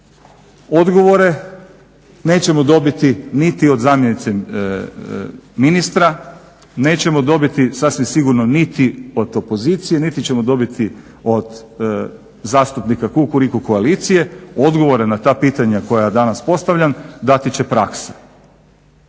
odgovore nećemo dobiti niti od zamjenice ministra, nećemo dobiti sasvim sigurno niti od opozicije niti ćemo dobiti od zastupnika kukuriku koalicije, ogovore na ta pitanja koja ja danas postavljam dati će praksa.